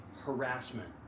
harassment